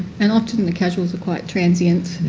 and often the casuals are quite transient.